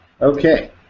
Okay